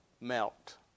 melt